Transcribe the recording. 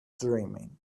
dreaming